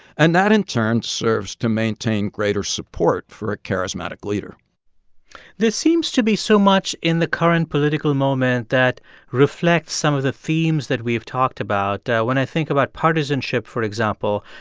and that, in turn, serves to maintain greater support for a charismatic leader there seems to be so much in the current political moment that reflects some of the themes that we've talked about. when i think about partisanship, for example,